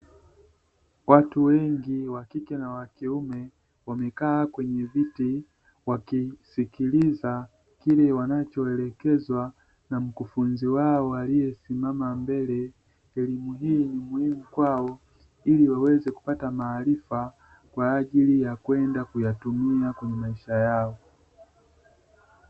Watu wengi wa kike na wa kiume wamekaa kwenye viti, wakisikiliza kile wanachoelekezwa na mkufunzi wao aliyesimama mbele. Elimu hii ni muhimu kwao ili waweze kupata maarifa kwa ajili ya kwenda kuyatumia kwenye maisha yao.